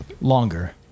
longer